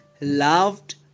loved